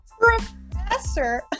Professor